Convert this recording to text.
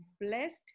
blessed